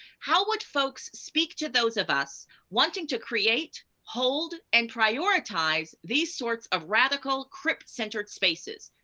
how would folks speak to those of us wanting to create, hold, and prioritize these sorts of radical crypt-centered spaces?